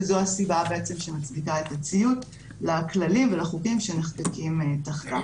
וזו הסיבה בעצם שמצדיקה את הציות לכללים ולחוקים שנחקקים תחתה.